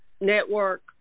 network